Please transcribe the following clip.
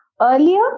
earlier